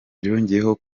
yongeyeho